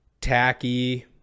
tacky